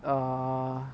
err